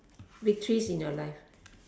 victories in your life